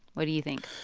what do you think?